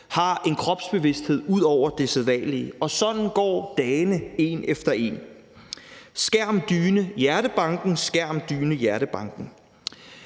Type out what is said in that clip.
har en kropsbevidsthed ud over det sædvanlige. Og sådan går dagene en efter en: skærm, dyne, hjertebanken – skærm, dyne, hjertebanken.